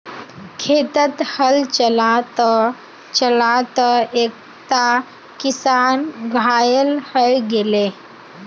खेतत हल चला त चला त एकता किसान घायल हय गेले